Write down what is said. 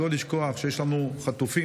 לא לשכוח שיש לנו חטופים,